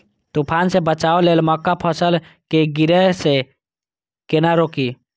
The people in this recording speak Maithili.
तुफान से बचाव लेल मक्का फसल के गिरे से केना रोकी?